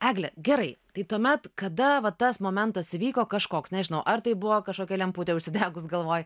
egle gerai tai tuomet kada va tas momentas įvyko kažkoks nežinau ar tai buvo kažkokia lemputė užsidegus galvoj